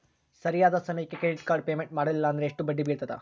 ಸರಿಯಾದ ಸಮಯಕ್ಕೆ credit card payment ಮಾಡಲಿಲ್ಲ ಅಂದ್ರೆ ಎಷ್ಟು ಬಡ್ಡಿ ಬೇಳ್ತದ?